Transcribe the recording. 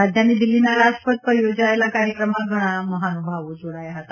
રાજધાની દિલ્ફીના રાજપથ પર યોજએલા કાર્યક્રમમાં ઘણા મહાનુભાવો જાડાયા ફતા